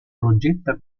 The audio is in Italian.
progetta